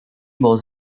was